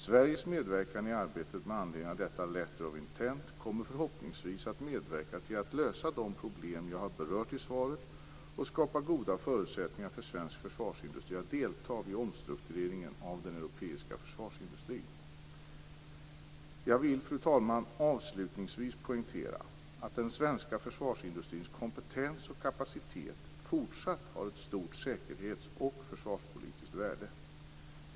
Sveriges medverkan i arbetet med anledning av detta Letter of Intent kommer förhoppningsvis att medverka till att lösa de problem jag har berört i svaret och skapa goda förutsättningar för svensk försvarsindustri att delta vid omstruktureringen av den europeiska försvarsindustrin. Jag vill, fru talman, avslutningsvis poängtera att den svenska försvarsindustrins kompetens och kapacitet fortsatt har ett stort säkerhets och försvarspolitiskt värde.